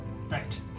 Right